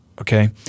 Okay